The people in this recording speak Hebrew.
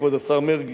כבוד השר מרגי,